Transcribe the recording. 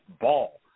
ball